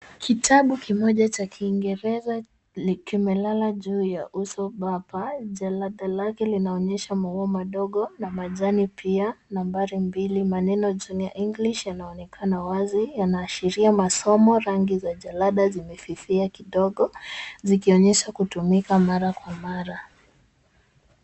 Kitabu kimoja cha kiingereza kimelala juu ya uso .Jalada lake linaonyesha maua madogo na majani pia nambari mbili maneno Juniour English yanaonekana wazi. Yanaashiria masomo, rangi za jalada zimefifia kidogo zikionyesha kutumika mara kwa mara.